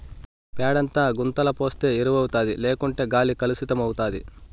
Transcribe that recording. పేడంతా గుంతల పోస్తే ఎరువౌతాది లేకుంటే గాలి కలుసితమైతాది